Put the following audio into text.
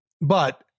but-